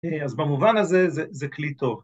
‫אז במובן הזה זה כלי טוב.